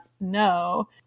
no